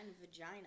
vagina